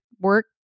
work